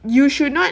you should not